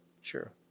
Sure